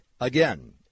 Again